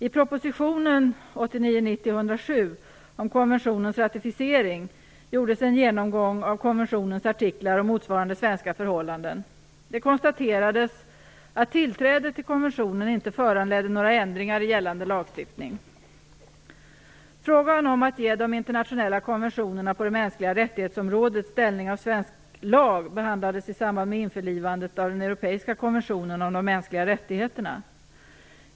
I propositionen om konventionens ratificering gjordes en genomgång av konventionens artiklar och motsvarande svenska förhållanden. Det konstaterades att tillträdet till konventionen inte föranledde några ändringar i gällande lagstiftning. Frågan om att ge de internationella konventionerna på området för mänskliga rättigheter ställning av svensk lag behandlades i samband med införlivandet av den europeiska konventionen om de mänskliga rättigheterna.